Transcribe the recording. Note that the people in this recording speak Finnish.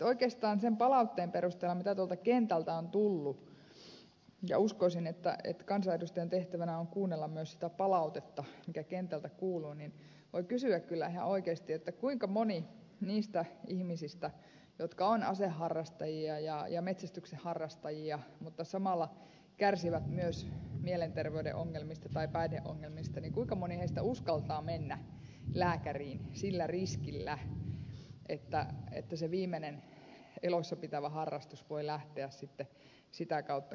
oikeastaan sen palautteen perusteella mitä tuolta kentältä on tullut ja uskoisin että kansanedustajan tehtävänä on kuunnella myös sitä palautetta mitä kentältä kuuluu voi kysyä kyllä ihan oikeasti kuinka moni niistä ihmisistä jotka ovat aseharrastajia ja metsästyksenharrastajia mutta samalla kärsivät myös mielenterveyden ongelmista tai päihdeongelmista uskaltaa mennä lääkäriin sillä riskillä että se viimeinen elossa pitävä harrastus voi lähteä sitten sitä kautta kiitämään